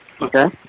Okay